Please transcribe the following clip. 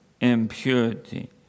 impurity